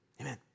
Amen